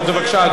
אדוני, בבקשה.